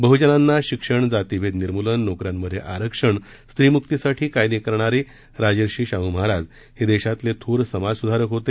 बहजनांना शिक्षण जातिभेद निर्मूलन नोकऱ्यांमध्ये आरक्षण स्त्रीम्क्तीसाठी कायदे करणारे राजर्षी शाह महाराज हे देशातील थोर समाजस्धारक होते